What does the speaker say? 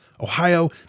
Ohio